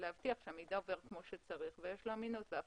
זה להבטיח שהמידע עובר כמו שצריך ויש לו אמינות ואף